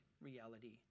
reality